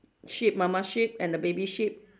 sheep mama sheep and the baby sheep